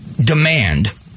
demand